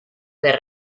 per